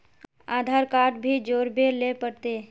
आधार card भी जोरबे ले पड़ते?